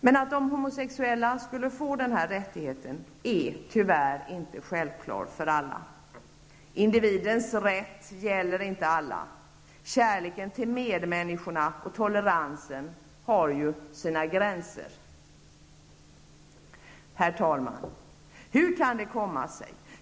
Men att de homosexuella skulle få denna rättighet är tyvärr inte självklar för alla. Individens rätt gäller inte alla. Kärleken till medmänniskorna och toleransen har sina gränser. Herr talman!